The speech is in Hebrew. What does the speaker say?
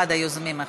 אחד מיוזמי החוק.